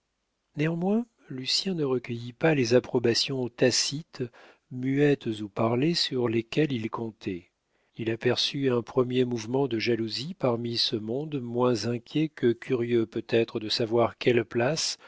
néanmoins lucien ne recueillit pas les approbations tacites muettes ou parlées sur lesquelles il comptait il aperçut un premier mouvement de jalousie parmi ce monde moins inquiet que curieux peut-être de savoir quelle place